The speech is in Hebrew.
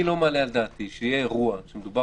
אני לא מעלה על דעתי שיהיה אירוע שמדובר